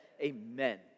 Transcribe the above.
amen